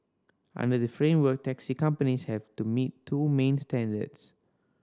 under the framework taxi companies have to meet two main standards